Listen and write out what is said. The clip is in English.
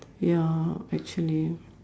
ya actually